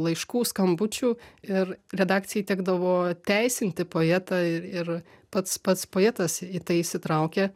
laiškų skambučių ir redakcijai tekdavo teisinti poetą ir ir pats pats poetas į tai įsitraukė